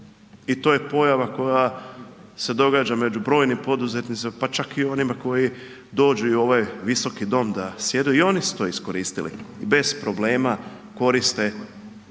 i to je pojava koja se događa među brojnim poduzetnicima pa čak i onima koji dođu u ovaj Visoki dom da sjede i oni su to iskoristili i bez problema koriste